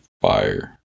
fire